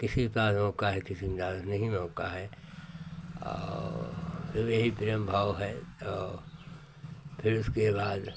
किसी के पास मौका है किसी के पास नहीं मौका है और सब यही प्रेम भाव है तो फिर उसके बाद